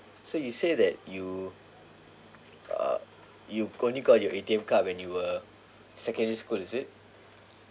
so you say that you uh you only got your A_T_M card when you were secondary school is it